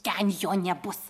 ten jo nebus